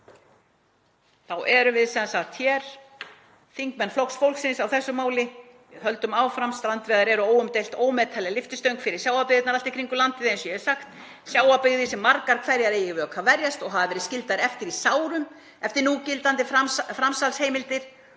þá erum við hér, þingmenn Flokks fólksins, á þessu máli og við höldum áfram. Strandveiðar eru óumdeilt ómetanleg lyftistöng fyrir sjávarbyggðirnar allt í kringum landið, eins og ég hef sagt, sjávarbyggðir sem margar hverjar eiga í vök að verjast og hafa verið skildar eftir í sárum eftir að núgildandi framsalsheimildir